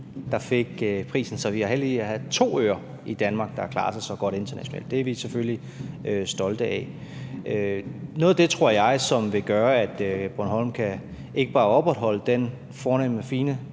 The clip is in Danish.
der fik prisen. Så vi er heldige at have to øer i Danmark, der har klaret sig så godt internationalt. Det er vi selvfølgelig stolte af. Noget af det, tror jeg, som vil gøre, at Bornholm ikke bare kan opretholde den fornemme og fine